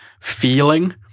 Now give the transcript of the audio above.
feeling